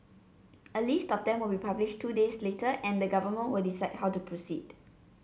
a list of them will be published two days later and the government will decide how to proceed